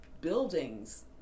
buildings